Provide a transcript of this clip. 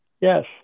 yes